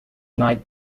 knight